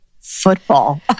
football